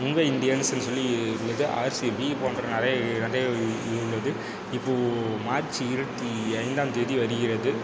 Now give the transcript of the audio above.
மும்பை இந்தியன்ஸுன்னு சொல்லி உள்ளது ஆர்சிபி போன்ற நிறைய நிறைய உள்ளது இப்போது மார்ச் இருபத்தி ஐந்தாம் தேதி வருகிறது